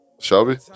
shelby